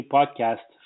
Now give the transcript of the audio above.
Podcast